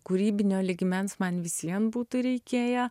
kūrybinio lygmens man visvien būtų reikėję